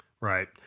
Right